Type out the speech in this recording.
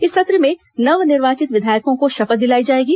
इस सत्र में नव निर्वाचित विधायकों को शपथ दिलाई जाएगी